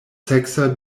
seksa